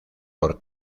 por